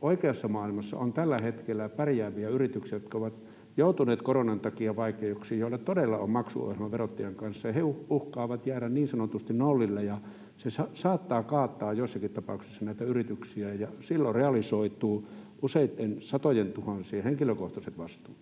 oikeassa maailmassa on tällä hetkellä pärjääviä yrityksiä, jotka ovat joutuneet koronan takia vaikeuksiin ja joilla todella on maksuohjelma verottajan kanssa, ja he uhkaavat jäädä niin sanotusti nollille, ja se saattaa kaataa joissakin tapauksissa näitä yrityksiä. Silloin realisoituvat useiden satojentuhansien henkilökohtaiset vastuut.